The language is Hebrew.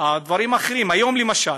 הדברים האחרים, היום למשל